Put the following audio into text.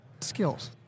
Skills